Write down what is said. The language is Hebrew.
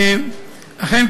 אכן,